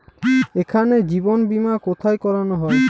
এখানে জীবন বীমা কোথায় করানো হয়?